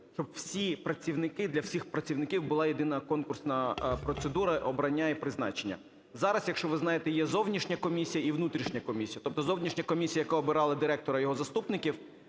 для всіх працівників була єдина конкурсна процедура обрання і призначення. Зараз, якщо ви знаєте, є зовнішня комісія і внутрішня комісія. Тобто зовнішня комісія, яка обирали і його заступників,